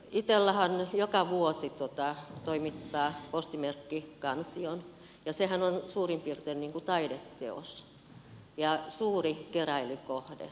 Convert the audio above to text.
itellahan joka vuosi toimittaa postimerkkikansion ja sehän on suurin piirtein taideteos ja suuri keräilykohde